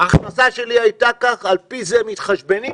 שההכנסה שלו הייתה כך וכך ועל פי זה הם מתחשבנים.